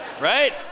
Right